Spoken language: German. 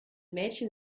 mädchen